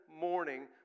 morning